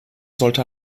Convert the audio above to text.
sollte